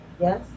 Yes